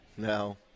No